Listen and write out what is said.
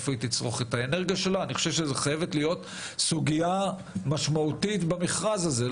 אני חושב שזו חייבת להיות סוגיה משמעותית במכרז הזה.